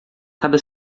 cada